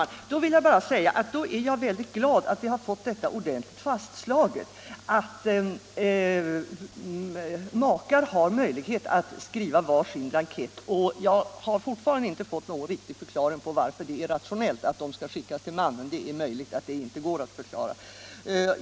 Fru talman! Då är jag väldigt glad att vi har fått det fastslaget att makar har möjlighet att skriva var sin blankett. Men jag har fortfarande inte fått någon riktig förklaring på varför det är rationellt att blanketten skickas till mannen; det är möjligt att det inte går att förklara.